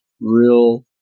real